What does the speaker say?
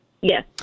Yes